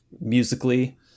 musically